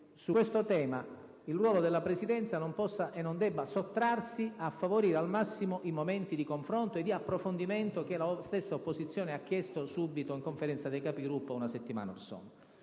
su questo tema il ruolo della Presidenza non possa e non debba sottrarsi dal favorire al massimo i momenti di confronto e di approfondimento che la stessa opposizione ha chiesto subito in Conferenza dei Capigruppo, una settimana orsono.